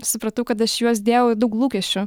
supratau kad aš į juos dėjau daug lūkesčių